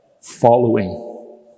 following